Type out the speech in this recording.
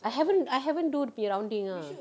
I haven't I haven't do dia punya rounding ah